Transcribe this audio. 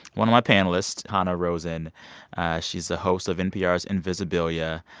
one of my panelists, hanna rosin she's the host of npr's invisibilia.